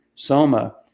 Soma